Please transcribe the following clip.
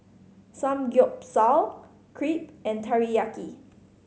Samgyeopsal Crepe and Teriyaki